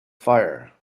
fire